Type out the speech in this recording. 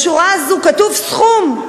בשורה הזאת כתוב סכום,